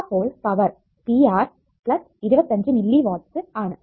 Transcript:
അപ്പോൾ power pr 25 milliwatts ആണ്